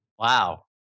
Wow